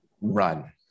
run